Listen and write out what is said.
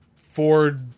Ford